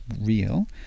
real